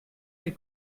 mes